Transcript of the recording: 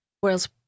whereas